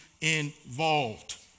involved